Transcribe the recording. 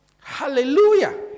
hallelujah